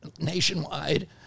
nationwide